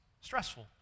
stressful